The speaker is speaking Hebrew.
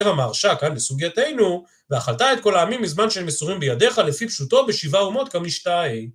כותב המהרש"א כאן בסוגייתנו: ואכלת את כל העמים מזמן של מסורים בידיך לפי פשוטו בשבעה אומות כמי שתיים